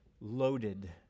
loaded